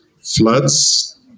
floods